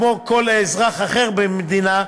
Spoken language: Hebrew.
כמו כל אזרח אחר במדינה,